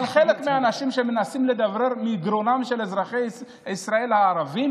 אבל חלק מהאנשים שמנסים לדברר מגרונם את אזרחי ישראל הערבים